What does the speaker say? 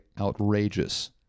outrageous